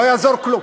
לא יעזור כלום.